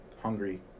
hungry